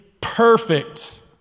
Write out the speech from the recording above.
perfect